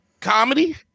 comedy